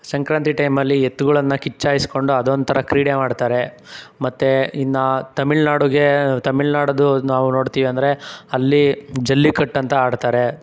ಸಂಕ್ರಾಂತಿ ಟೈಮಲ್ಲಿ ಎತ್ತುಗಳನ್ನ ಕಿಚ್ಚು ಹಾಯ್ಸ್ಕೊಂಡು ಅದೊಂಥರ ಕ್ರೀಡೆ ಮಾಡ್ತಾರೆ ಮತ್ತು ಇನ್ನು ತಮಿಳ್ ನಾಡಿಗೆ ತಮಿಳ್ ನಾಡುದು ನಾವು ನೋಡ್ತೀವಿ ಅಂದರೆ ಅಲ್ಲಿ ಜಲ್ಲಿಕಟ್ಟು ಅಂತ ಆಡ್ತಾರೆ